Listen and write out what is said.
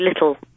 little